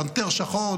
פנתר שחור,